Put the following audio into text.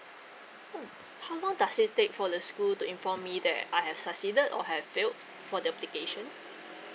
mm how long does it take for the school to inform me that I have succeeded or have failed for the application